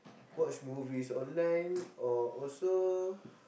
watch movies online or also